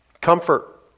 Comfort